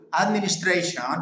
administration